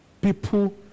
People